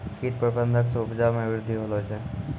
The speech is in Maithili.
कीट प्रबंधक से उपजा मे वृद्धि होलो छै